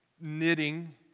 knitting